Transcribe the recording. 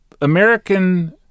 American